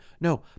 No